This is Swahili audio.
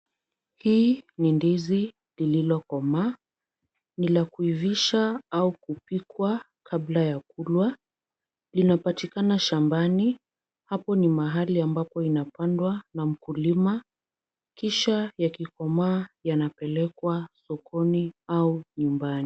Hii ni ndizi lililokomaa. Ni la kuivisha au kupikwa kabla ya kula. Linapatikana shambani. Hapo ni mahali ambapo inapandwa na mkulima kisha yakikomaa yanapelekwa sokoni au nyumbani.